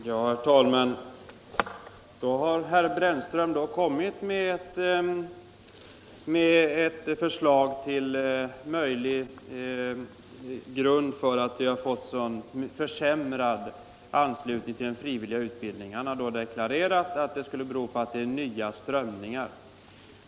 Herr talman! Då har alltså herr Brännström gett ett motiv för varför vi har fått så försämrad anslutning till den frivilliga utbildningen. Han har deklarerat att det skulle bero på nya strömningar.